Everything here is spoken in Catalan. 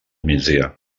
migdia